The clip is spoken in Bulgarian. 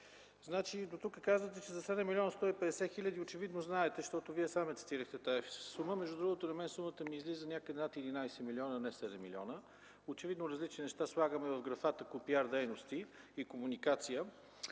министър, дотук казвате, че за 7 млн. 150 хил. – очевидно знаете, защото Вие сам я цитирахте тази сума. Между другото, на мен сумата ми излиза някъде над 11 милиона, а не 7 милиона. Очевидно, различни неща слагаме в графата „КО